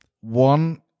one